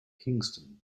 kingston